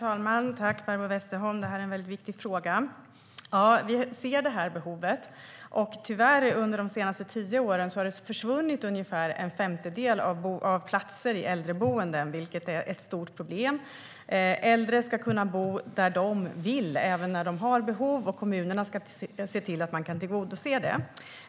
Herr talman! Tack, Barbro Westerholm! Detta är en viktig fråga. Vi ser behovet. Tyvärr har ungefär en femtedel av platserna i äldreboenden försvunnit under de senaste tio åren, vilket är ett stort problem. Äldre ska kunna bo där de vill, även när de har behov, och kommunerna ska se till att detta kan tillgodoses.